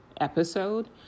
Episode